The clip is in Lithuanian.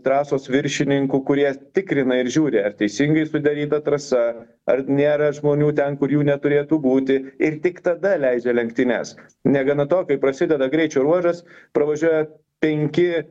trasos viršininku kurie tikrina ir žiūri ar teisingai sudaryta trasa ar nėra žmonių ten kur jų neturėtų būti ir tik tada leidžia lenktynes negana to kai prasideda greičio ruožas pravažiuoja penki